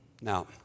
Now